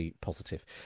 positive